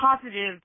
positive